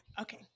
Okay